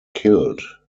killed